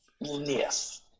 Yes